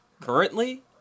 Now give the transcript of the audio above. Currently